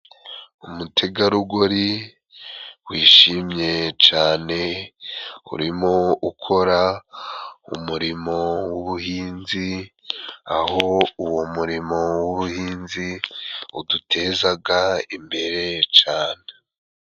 Umutegarugori wishimye cane urimo ukora umurimo w'ubuhinzi ,aho uwo murimo w'ubuhinzi udutezaga imbere cane.